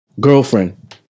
girlfriend